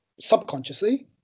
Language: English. subconsciously